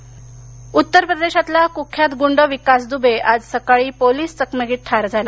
विकास दबे उत्तर प्रदेशातला कुख्यात गुंड विकास दुबे आज सकाळी पोलिस चकमकीत ठार झाला